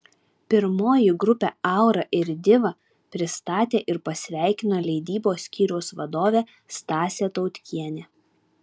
pirmoji grupę aura ir diva pristatė ir pasveikino leidybos skyriaus vadovė stasė tautkienė